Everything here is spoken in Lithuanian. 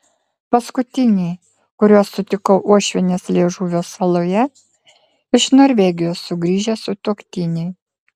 paskutiniai kuriuos sutikau uošvienės liežuvio saloje iš norvegijos sugrįžę sutuoktiniai